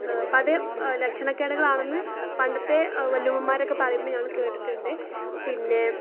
അപ്പം അത് ലക്ഷണക്കേടുകൾ ആണെന്ന് പണ്ടത്തെ വല്യമ്മുമ്മമാരൊക്കെ പറയുമ്പം ഞങ്ങൾ കേട്ടിട്ടുണ്ട് പിന്നെ